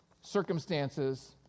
circumstances